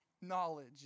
knowledge